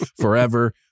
forever